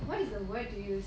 what is the word to use